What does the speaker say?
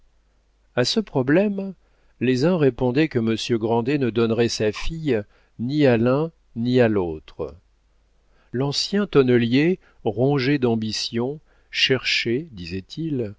a ce problème les uns répondaient que monsieur grandet ne donnerait sa fille ni à l'un ni à l'autre l'ancien tonnelier rongé d'ambition cherchait